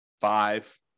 five